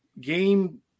game